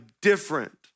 different